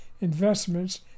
investments